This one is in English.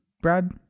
Brad